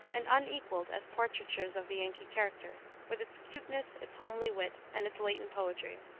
and unequaled as portraitures of the yankee character, with its cuteness, its homely wit, and its latent poetry.